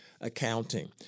accounting